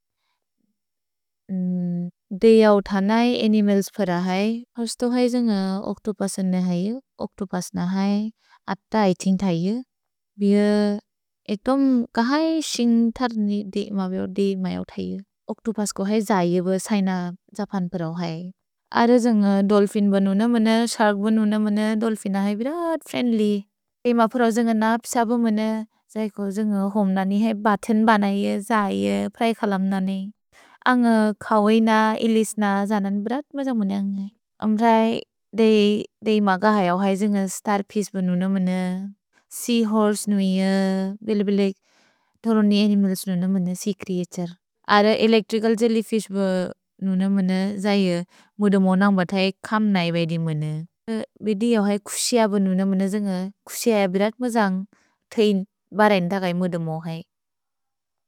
देइअ उथ न इ अनिमल्स् प्रा है। पस्तो है जेन्ग ओक्तु पसन् न है। ओक्तु पस् न है। अत ऐछिन्ग् थै यो। भिह एतोम् कह इ शिन्ग् थर्नि देइ म बिअ देइ मै उथै यो। ओक्तु पस् को है जैयो ब सैन जपन् प्रओ है। अर जेन्ग दोल्फिन् बनो न मन। शर्क् बनो न मन। दोल्फिन् न है। भिरात् फ्रिएन्द्ल्य्। एम प्रओ जेन्ग नाप् सबो मन। जैको जेन्ग होम् न नि है। भथेन् बन नि है। जैयो प्रा इ कलम् न नि। अन्ग कवैन, इलिस्न, जनन् बिरात् म जन्ग् मन अन्ग है। अम्रए देइ म कह यो है जेन्ग स्तर्फिश् बनो न मन। सेअहोर्से नो इयो। भिलिबिलिक् थोर्नि अनिमल्स् बनो न मन। Sea creature. अर एलेच्त्रिचल् जेल्ल्य्फिश् बनो न मन। जैयो मुदोमो नन्ग्ब थै। कम् नै बैदि मन। भिदि यो है कुक्सिअ बनो न मन। जेन्ग कुक्सिअ बिरात् म जन्ग्। थैन् बरेन्द कै मुदोमो है।